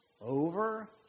over